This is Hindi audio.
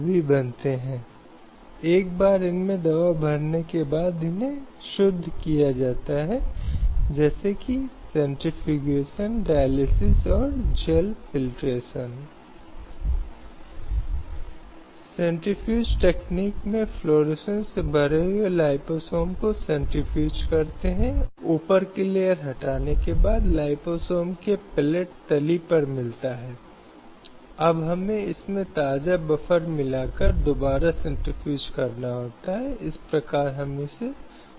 यह मानव अधिकारों की सार्वभौमिक घोषणा के रूप में कुछ हद तक समान है कि हर किसी को जीवन और व्यक्तिगत स्वतंत्रता का अधिकार है क्योंकि यह मानव अस्तित्व के मूल पर निर्भर करता है हालांकि ऐसे जीवन या व्यक्तिगत स्वतंत्रता का कोई भी प्रतिबंध उन मामलों में स्वीकार्य है जहां केवल कानून द्वारा स्थापित एक प्रक्रिया है और आवश्यकताओं को पूरा करने के लिए इस तरह की प्रक्रिया निष्पक्ष और उचित होनी चाहिए